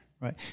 right